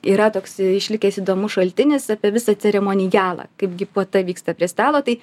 yra toks išlikęs įdomus šaltinis apie visą ceremonijalą kaip gi puota vyksta prie stalo tai